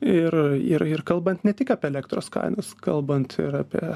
ir ir ir kalbant ne tik apie elektros kainas kalbant apie